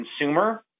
consumer